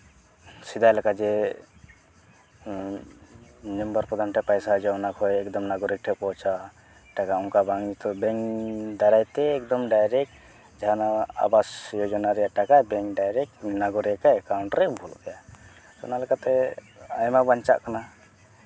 ᱥᱮᱫᱟᱭ ᱞᱮᱠᱟ ᱡᱮ ᱢᱮᱢᱵᱟᱨ ᱯᱨᱚᱫᱷᱟᱱ ᱴᱷᱮᱱ ᱯᱚᱭᱥᱟ ᱦᱤᱡᱩᱜᱼᱟ ᱚᱱᱟ ᱠᱷᱚᱱ ᱮᱠᱫᱚᱢ ᱱᱟᱜᱚᱨᱤᱠ ᱴᱷᱮᱱ ᱯᱳᱣᱪᱷᱟᱜᱼᱟ ᱴᱟᱠᱟ ᱚᱱᱠᱟ ᱵᱟᱝ ᱱᱤᱛᱚᱜ ᱵᱮᱝᱠ ᱫᱟᱨᱟᱭ ᱛᱮ ᱮᱠᱫᱚᱢ ᱰᱟᱭᱨᱮᱠᱴ ᱡᱟᱦᱟᱱᱟᱜ ᱟᱵᱟᱥ ᱡᱳᱡᱚᱱᱟ ᱨᱮᱭᱟᱜ ᱴᱟᱠᱟ ᱵᱮᱝᱠ ᱰᱟᱭᱨᱮᱠᱴ ᱱᱟᱜᱚᱨᱤᱠ ᱟᱜ ᱮᱠᱟᱣᱩᱱᱴ ᱨᱮ ᱵᱚᱞᱚᱜ ᱛᱟᱭᱟ ᱚᱱᱟ ᱞᱮᱠᱟᱛᱮ ᱟᱭᱢᱟ ᱵᱟᱧᱪᱟᱜ ᱠᱟᱱᱟ